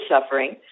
suffering